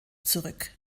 zurück